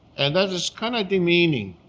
and that is kind of demeaning.